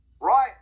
right